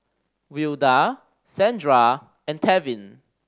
Wilda Sandra and Tevin